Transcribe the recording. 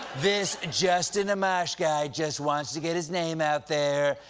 this justin amash guy just wants to get his name out there.